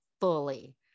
fully